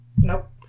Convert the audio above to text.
Nope